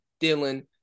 Dylan